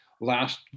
last